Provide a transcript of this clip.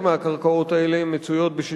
וכל הזמן קורא לפלסטינים לשולחן המשא-ומתן,